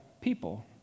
people